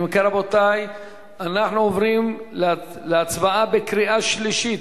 אם כן, רבותי, אנחנו עוברים להצבעה בקריאה שלישית.